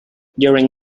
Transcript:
during